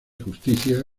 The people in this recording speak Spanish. justicia